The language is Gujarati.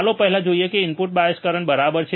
ચાલો પહેલા જોઈએ કે ઇનપુટ બાયસ કરંટ બરાબર છે